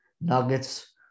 Nuggets